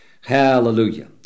Hallelujah